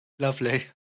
Lovely